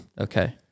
Okay